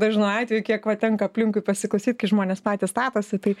dažnu atveju kiek va tenka aplinkui pasiklausyt kai žmonės patys statosi tai